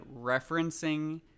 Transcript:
referencing